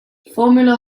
formula